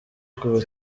kuva